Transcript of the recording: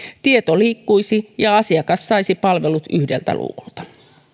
tieto liikkuisi ja asiakas saisi palvelut yhdeltä luukulta